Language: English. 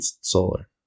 solar